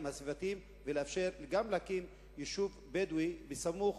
הסביבתיים וגם לאפשר להקים יישוב בדואי בסמוך,